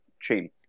chain